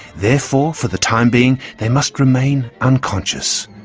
therefore for the time being they must remain unconscious.